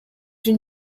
une